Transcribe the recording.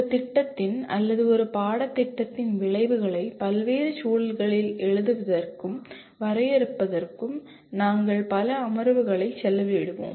ஒரு திட்டத்தின் அல்லது ஒரு பாடத்தின் விளைவுகளை பல்வேறு சூழல்களில் எழுதுவதற்கும் வரையறுப்பதற்கும் நாங்கள் பல அமர்வுகளை செலவிடுவோம்